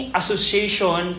association